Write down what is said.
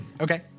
okay